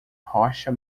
rocha